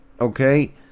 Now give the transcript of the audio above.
okay